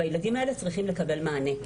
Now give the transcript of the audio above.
והילדים האלה צריכים לקבל מענה.